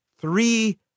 three